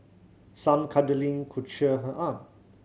some cuddling could cheer her up